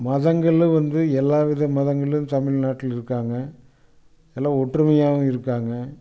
மதங்களும் வந்து எல்லாவித மதங்களும் தமிழ்நாட்டுலருக்காங்க எல்லா ஒற்றுமையாகவும் இருக்காங்க